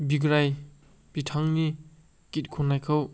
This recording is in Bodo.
बिग्राइ बिथांनि गित खननायखौ